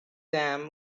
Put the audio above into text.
them